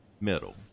metal